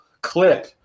clip